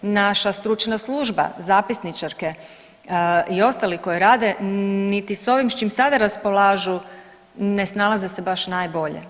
Naša stručna služba, zapisničarke i ostali koji rade niti sa ovim s čim sada raspolažu ne snalaze se baš najbolje.